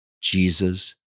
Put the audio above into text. Jesus